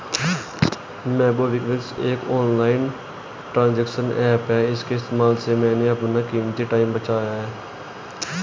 MobiKwik एक online transaction app है इसके इस्तेमाल से मैंने अपना कीमती टाइम बचाया है